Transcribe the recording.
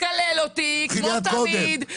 תקלל אותי כמו תמיד,